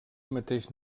mateix